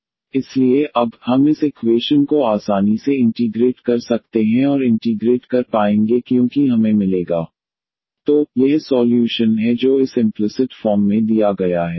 e2ydydxexx2 इसलिए अब हम इस इक्वेशन को आसानी से इंटीग्रेट कर सकते हैं और इंटीग्रेट कर पाएंगे क्योंकि हमें मिलेगा e2y2exx33c1 e2y2ex23x3c तो यह सॉल्यूशन है जो इस इम्प्लिसिट फॉर्म में दिया गया है